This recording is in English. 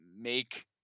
make